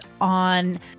on